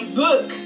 book